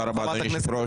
תודה רבה אדוני היושב ראש.